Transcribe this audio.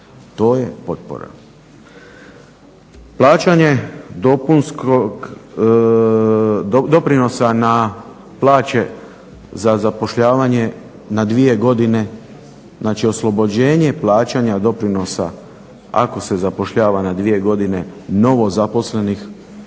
To je potpora. Plaćanje doprinosa na plaće za zapošljavanje na 2 godine znači oslobođenje plaćanja doprinosa ako se zapošljava na 2 godine novozaposlenih